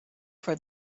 for